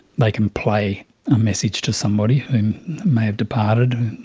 they can play a message to somebody who may have departed,